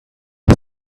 the